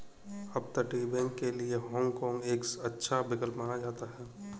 अपतटीय बैंक के लिए हाँग काँग एक अच्छा विकल्प माना जाता है